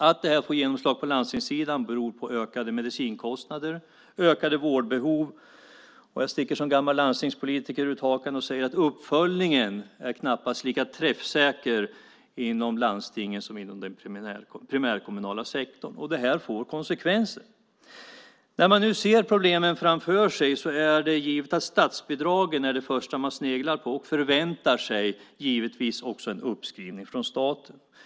Att det här får genomslag på landstingssidan beror på ökade medicinkostnader, ökade vårdbehov och på att - jag sticker som gammal landstingspolitiker ut hakan här - uppföljningen knappast är lika träffsäker i landstingen som i den primärkommunala sektorn. Detta får konsekvenser. När man nu ser problemen framför sig är statsbidragen det första man sneglar på, och man väntar sig också en uppskrivning från staten.